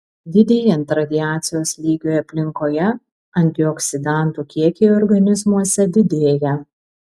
didėjant radiacijos lygiui aplinkoje antioksidantų kiekiai organizmuose didėja